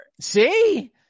see